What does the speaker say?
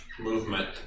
movement